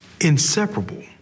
inseparable